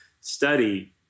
study